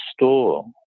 store